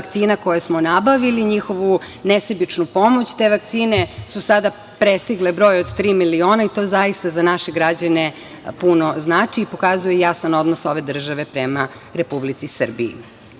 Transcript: vakcina koje smo nabavili, njihovu nesebičnu pomoć. Te vakcine su sada prestigle broj od tri miliona i to zaista za naše građane puno znači i pokazuje jasan odnos ove države prema Republici Srbiji. Što